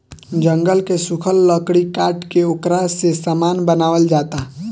जंगल के सुखल लकड़ी काट के ओकरा से सामान बनावल जाता